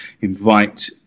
invite